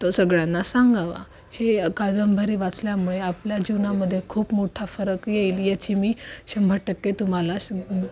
तो सगळ्यांना सांगावा हे कादंबरी वाचल्यामुळे आपल्या जीवनामध्ये खूप मोठा फरक येईल याची मी शंभर टक्के तुम्हाला स